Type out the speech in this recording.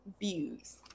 views